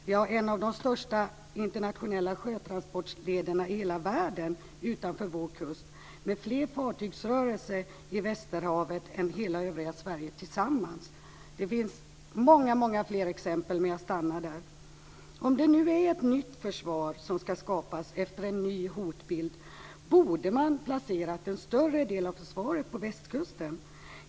Vi har en av de största internationella sjötransportlederna i hela världen utanför vår kust med fler fartygsrörelser i västerhavet än hela övriga Sverige tillsammans. Det finns många fler exempel, men jag stannar där. Om det nu är ett nytt försvar som ska skapas efter en ny hotbild borde man ha placerat en större del av försvaret på västkusten.